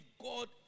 God